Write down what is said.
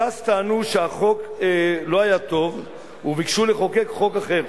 ש"ס טענו שהחוק לא היה טוב וביקשו לחוקק חוק אחר.